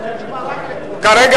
רק אלקטרונית.